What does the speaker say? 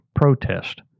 protest